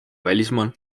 välismaal